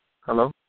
Hello